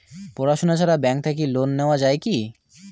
পড়াশুনা ছাড়া ব্যাংক থাকি লোন নেওয়া যায় কি?